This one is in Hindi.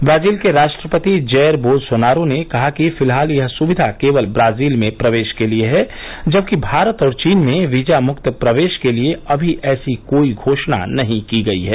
ब्राजील के राष्ट्रपति जैर बोल सोनारो ने कहा कि फिलहाल यह सुविधा केवल ब्राजील में प्रवेश के लिए है जबकि भारत और चीन में वीजा मुक्त प्रवेश के लिए अभी ऐसी कोई घोषणा नहीं की गई है